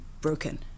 broken